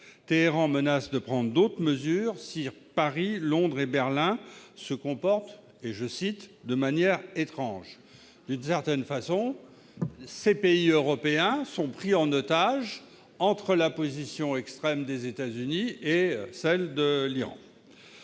Téhéran menace de prendre d'autres mesures si Paris, Londres et Berlin se comportent « de manière étrange ». D'une certaine façon, ces pays européens sont pris en otage par les positions extrêmes des États-Unis et de l'Iran.